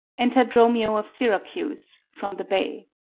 enter dromio of syracuse, from the bay